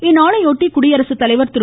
இந்நாளையொட்டி குடியரசுத்தலைவர் திரு